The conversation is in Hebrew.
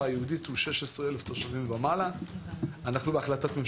נקבתי במספר של 11 מועצות אזוריות כי אנחנו הרי יודעים שיש הרבה יותר.